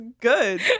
good